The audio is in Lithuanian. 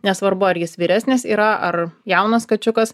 nesvarbu ar jis vyresnis yra ar jaunas kačiukas